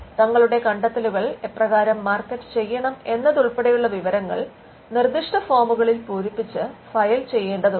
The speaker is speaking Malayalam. തങ്ങളുടെ കണ്ടെത്തലുകൾ എപ്രകാരം മാർക്കറ്റ് ചെയ്യണം എന്നതുൾപെടെയുള്ള വിവരങ്ങൾ നിർദിഷ്ട ഫോമുകളിൽ പൂരിപ്പിച്ച് ഫയൽ ചെയ്യണ്ടതുണ്ട്